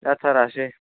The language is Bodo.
जाथारासै